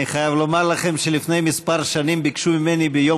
אני חייב לומר לכם שלפני כמה שנים ביקשו ממני ביום